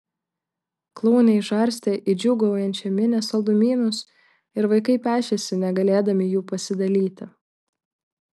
klounai žarstė į džiūgaujančią minią saldumynus ir vaikai pešėsi negalėdami jų pasidalyti